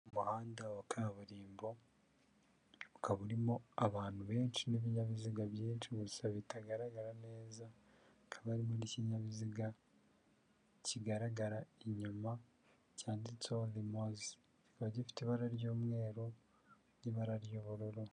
Mu umuhanda wa kaburimbo ukaba urimo abantu benshi n'ibinyabiziga byinshi gusa bitagaragara neza hakaba harimo n'ikinyabiziga kigaragara inyuma cyanditse Rimoze kikaba gifite ibara ry'umweru n'ibara ry'ubururu.